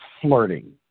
flirting